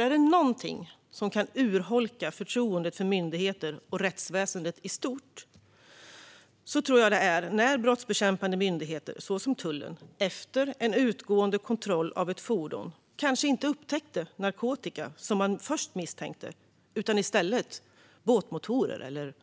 Är det någonting som kan urholka förtroendet för myndigheter och rättsväsendet i stort tror jag att det är när brottsbekämpande myndigheter, såsom tullen, vid en utgående kontroll av ett fordon kanske inte upptäcker narkotika, som man först misstänkte, utan i stället båtmotorer eller